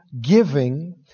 giving